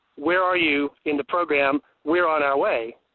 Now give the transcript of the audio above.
where are you in the program. we're on our way.